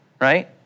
right